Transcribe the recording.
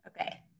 Okay